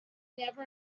never